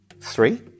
Three